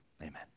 amen